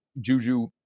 Juju